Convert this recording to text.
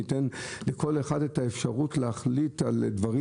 ייתן לכל אחד את האפשרות להחליט על דברים